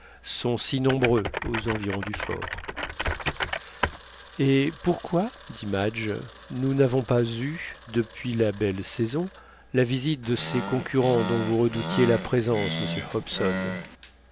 sont si nombreux aux environs du fort et pourquoi dit madge nous n'avons pas eu depuis la belle saison la visite de ces concurrents dont vous redoutiez la présence monsieur hobson